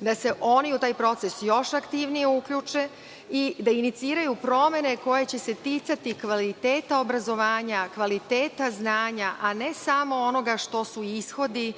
da se oni u taj proces još aktivnije uključe i da iniciraju promene koje će se ticati kvaliteta obrazova, kvaliteta znanja, a ne samo onoga što su ishodi